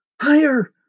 higher